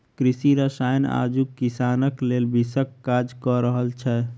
कृषि रसायन आजुक किसानक लेल विषक काज क रहल छै